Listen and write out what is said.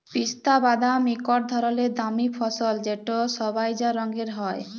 পিস্তা বাদাম ইকট ধরলের দামি ফসল যেট সইবজা রঙের হ্যয়